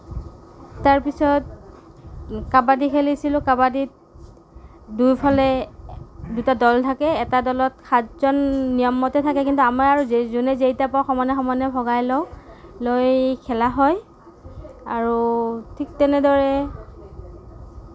তাৰপিছত কাবাডী খেলিছিলোঁ কাবাডীত দুইফালে দুটা দল থাকে এটা দলত সাতজন নিয়মমতে থাকে কিন্তু আমাৰ যোনে যেইটা পাওঁ সমানে সমানে ভগাই লওঁ লৈ খেলা হয় আৰু ঠিক তেনেদৰে